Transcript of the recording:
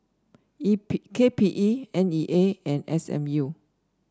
E P K P E N E A and S M U